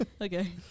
Okay